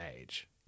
age